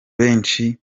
benshi